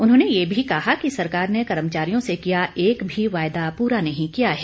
उन्होंने ये भी कहा कि सरकार ने कर्मचारियों से किया एक भी वायदा पूरा नहीं किया है